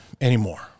anymore